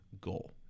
goal